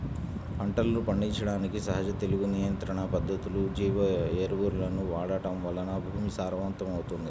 పంటలను పండించడానికి సహజ తెగులు నియంత్రణ పద్ధతులు, జీవ ఎరువులను వాడటం వలన భూమి సారవంతమవుతుంది